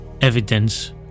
evidence